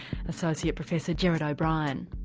associate professor gerard o'brien.